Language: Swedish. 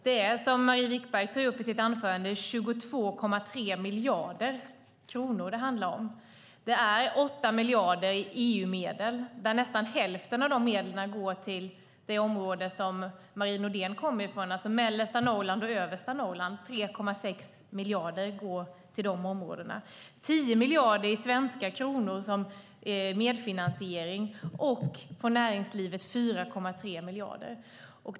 Det är, som Marie Wickberg tog upp i sitt inlägg, 22,3 miljarder kronor det handlar om. Det är 8 miljarder i EU-medel, och nästan hälften av dessa medel går till det område Marie Nordén kommer ifrån, alltså mellersta och översta Norrland. 3,6 miljarder går till dessa områden. Det är 10 miljarder i svenska kronor som medfinansiering och från näringslivet 4,3 miljarder.